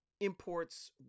imports